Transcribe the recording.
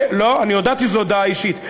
אני הודעתי, זאת הודעה אישית.